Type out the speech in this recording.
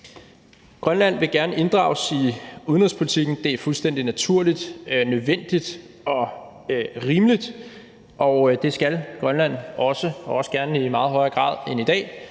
Grønland vil gerne inddrages i udenrigspolitikken. Det er fuldstændig naturligt, nødvendigt og rimeligt, og det skal Grønland også og også gerne i meget højere grad end i dag.